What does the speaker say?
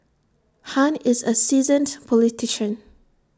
han is A seasoned politician